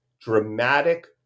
dramatic